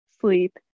sleep